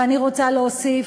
ואני רוצה להוסיף,